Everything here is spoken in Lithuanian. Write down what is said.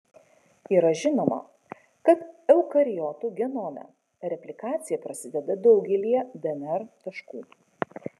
yra žinoma kad eukariotų genome replikacija prasideda daugelyje dnr taškų